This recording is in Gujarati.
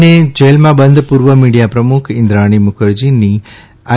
ને જેલમાં બંધ પૂર્વ મિડીયા પ્રમુખ ઇન્દ્રાણી મુખર્જીની આઈ